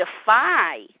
defy